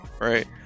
right